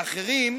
ואחרים,